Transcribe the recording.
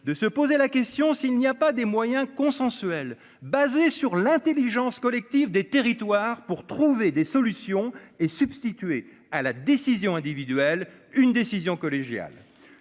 de se poser la question s'il n'y a pas des moyens consensuels, basée sur l'Intelligence collective des territoires pour trouver des solutions et substituer à la décision individuelle, une décision collégiale,